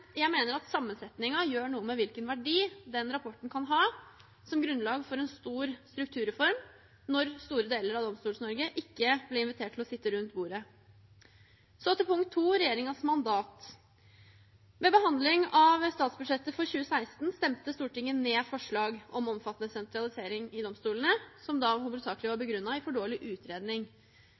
jeg mener at sammensetningen gjør noe med hvilken verdi den rapporten kan ha som grunnlag for en stor strukturreform når store deler av Domstols-Norge ikke blir invitert til å sitte rundt bordet. Så til punkt 2 – regjeringens mandat: Ved behandlingen av statsbudsjettet for 2016 stemte Stortinget ned forslag om omfattende sentralisering i domstolene, som da hovedsakelig var begrunnet i for dårlig utredning,